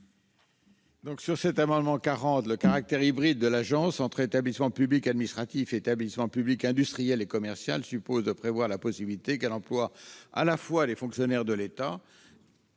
de la commission ? Le caractère hybride de l'agence, entre établissement public administratif et établissement public industriel et commercial, suppose de prévoir la possibilité qu'elle emploie, à la fois, des fonctionnaires de l'État,